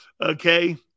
Okay